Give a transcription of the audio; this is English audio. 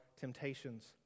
temptations